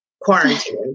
quarantine